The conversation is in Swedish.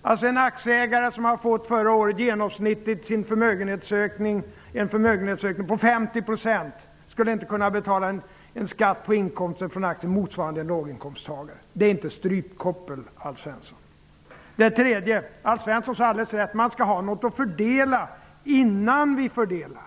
Skall inte den aktieägare som förra året fick en genomsnittlig förmögenhetsökning på 50 % inte kunna betala en skatt på inkomster från aktier motsvarande en låginkomsttagare? Det är inte strypkoppel, Alf Alf Svensson sade helt riktigt att det skall finnas något att fördela innan vi fördelar.